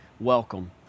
Welcome